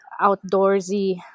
outdoorsy